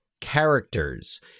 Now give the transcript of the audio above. characters